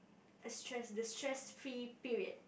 a stress the stress free period